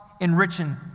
enriching